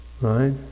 right